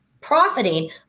profiting